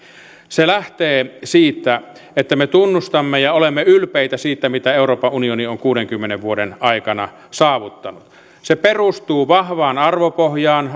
se lähtee siitä että me tunnustamme ja olemme ylpeitä siitä mitä euroopan unioni on kuudenkymmenen vuoden aikana saavuttanut se perustuu vahvaan arvopohjaan